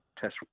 test